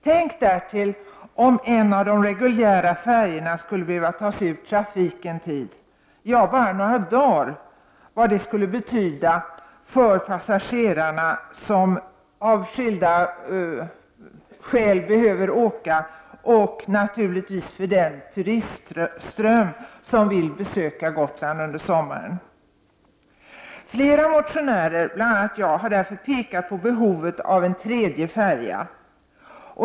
Tänk därtill om en av de reguljära färjorna skulle behöva tas ur trafik en tid, ja, bara några dagar, vad det skulle betyda både för de reguljära passagerarna och för den turistström som vill besöka Gotland under sommaren. Flera motionärer, bl.a. jag, har därför pekat på behovet av en tredje färja.